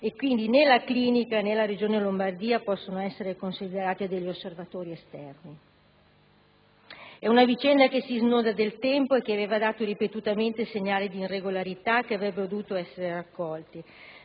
Quindi, né la clinica, né la Regione Lombardia possono essere considerate degli osservatori esterni. È una vicenda che si snoda nel tempo e che aveva dato ripetutamente segnali di irregolarità che avrebbero dovuto essere raccolti.